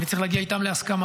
ואני צריך להגיע איתם להסכמה.